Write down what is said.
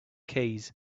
keys